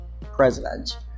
president